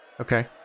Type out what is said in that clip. Okay